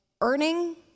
earning